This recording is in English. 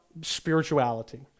spirituality